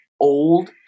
old